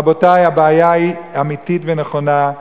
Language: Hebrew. רבותי, הבעיה היא אמיתית ונכונה.